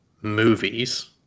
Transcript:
movies